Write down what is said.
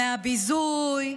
מהביזוי,